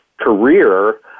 career